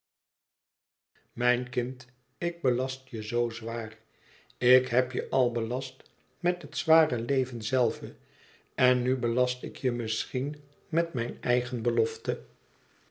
mijn kind ik belast je zoo zwaar ik heb je al belast met het zware leven zelve en nu belast ik je misschien met mijn eigen belofte